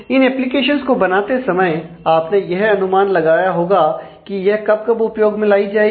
इन applications को बनाते समय आपको यह अनुमान लगाना होगा कि यह कब कब उपयोग में लाई जाएगी